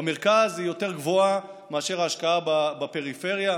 במרכז היא יותר גבוהה מאשר ההשקעה בפריפריה,